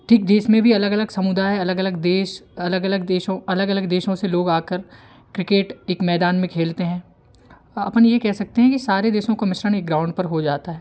ठीक देश में भी अलग अलग समुदाय अलग अलग देश अलग अलग देशों अलग अलग देशों से लोग आकर क्रिकेट एक मैदान में खेलते हैं अपन ये कह सकते हैं कि सारे देशों का मिश्रण एक ग्राउंड पर हो जाता है